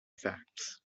facts